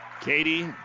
Katie